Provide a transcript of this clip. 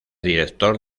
director